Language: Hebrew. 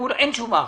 אין תשובה עכשיו.